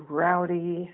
rowdy